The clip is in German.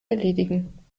erledigen